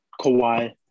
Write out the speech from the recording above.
Kawhi